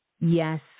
Yes